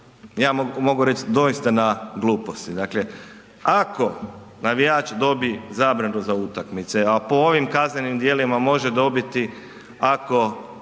ja mogu reći dosita na gluposti. Dakle, ako navijač dobi zabranu za utakmice, a po ovim kaznenim djelima može dobiti ako